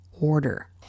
order